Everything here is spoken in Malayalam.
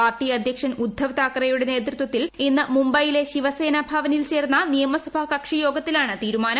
പാർട്ടി അധ്യക്ഷൻ ഉദ്ധവ് താക്കറെയുടെ നേതൃത്വത്തിൽ ഇന്ന് മുംബൈയിലെ ശിവസേന ഭവനിൽ ചേർന്ന നിയമസഭാ കക്ഷിയോഗത്തിലാണ് തീരുമാനം